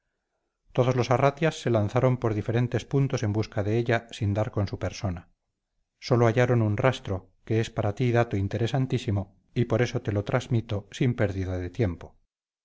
todos los arratias se lanzaron por diferentes puntos en busca de ella sin dar con su persona sólo hallaron un rastro que es para ti dato interesantísimo y por eso te lo transmito sin pérdida de tiempo